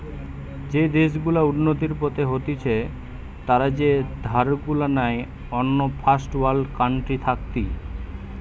যেই দেশ গুলা উন্নতির পথে হতিছে তারা যে ধার গুলা নেই অন্য ফার্স্ট ওয়ার্ল্ড কান্ট্রি থাকতি